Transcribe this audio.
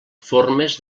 formes